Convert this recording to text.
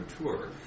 tour